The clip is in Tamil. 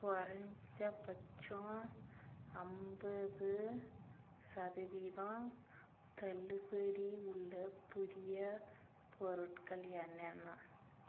குறைந்தபட்சம் ஐம்பது சதவீதம் தள்ளுபடி உள்ள புதிய பொருட்கள் என்னென்ன